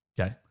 Okay